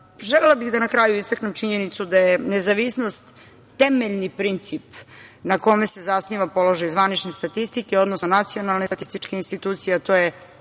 bih da na kraju istaknem činjenicu da je nezavisnost temeljni princip na kome se zasniva položaj zvanične statistike, odnosno nacionalne statističke institucije, a to je